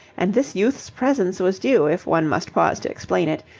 and this youth's presence was due, if one must pause to explain it,